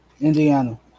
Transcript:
Indiana